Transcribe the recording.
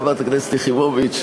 חברת הכנסת יחימוביץ,